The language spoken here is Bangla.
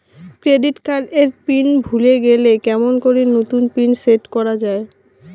ক্রেডিট কার্ড এর পিন ভুলে গেলে কেমন করি নতুন পিন সেট করা য়ায়?